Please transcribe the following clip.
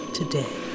today